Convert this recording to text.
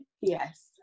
yes